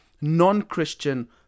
non-Christian